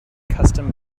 custom